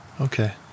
Okay